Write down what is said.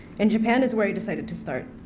in japan is where i decided to start.